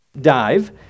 dive